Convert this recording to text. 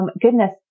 goodness